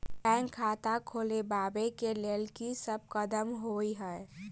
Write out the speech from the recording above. Bank खाता खोलबाबै केँ लेल की सब कदम होइ हय?